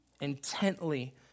intently